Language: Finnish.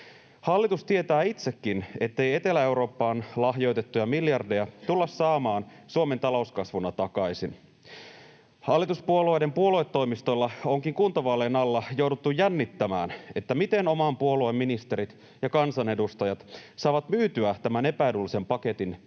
Hallitus tietää itsekin, ettei Etelä-Eurooppaan lahjoitettuja miljardeja tulla saamaan Suomen talouskasvuna takaisin. Hallituspuolueiden puoluetoimistoilla onkin kuntavaalien alla jouduttu jännittämään, miten oman puolueen ministerit ja kansanedustajat saavat myytyä tämän epäedullisen paketin